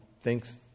thinks